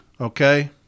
okay